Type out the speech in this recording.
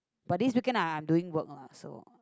but this weekend I'm doing work lah so